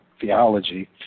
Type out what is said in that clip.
theology